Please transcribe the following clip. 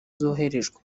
zoherejwe